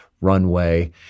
runway